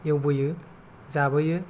एवबोयो जाबोयो